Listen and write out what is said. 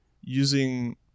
using